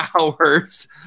hours